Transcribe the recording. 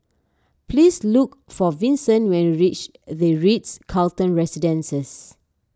please look for Vinson when you reach the Ritz Carlton Residences